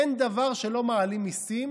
אין דבר שלא מעלים מיסים.